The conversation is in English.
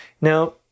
Now